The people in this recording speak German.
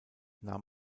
nahm